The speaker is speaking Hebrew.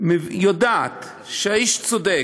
יודעת שהאיש צודק,